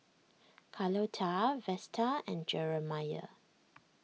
Carlotta Vesta and Jeremiah